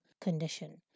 condition